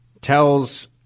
tells –